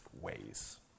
ways